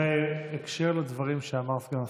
בהקשר לדברים שאמר סגן השר.